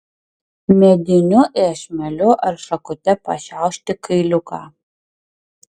mediniu iešmeliu ar šakute pašiaušti kailiuką